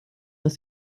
aus